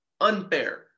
unfair